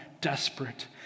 desperate